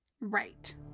Right